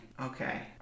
okay